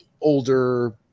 older